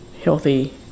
healthy